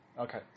Okay